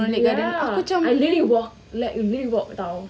ya I really walk like really walk [tau]